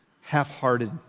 half-hearted